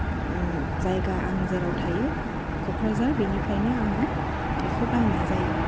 ओम जायगा आं जेराव थायो कक्राझार बेनिफ्रायनो आङो बेखौ बायनाय जायो